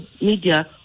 media